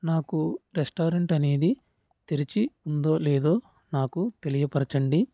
నాకు రెస్టారెంట్ అనేది తెరిచి ఉందో లేదో నాకు తెలియపరచండి